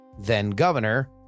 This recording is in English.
then-Governor